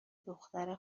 دختر